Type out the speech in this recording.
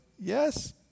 yes